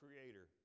creator